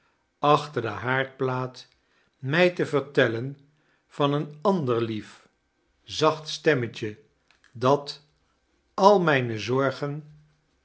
achter de haardplaat mij tie vertellen van een ander lief zacht stemmetje dat al mijne zorgen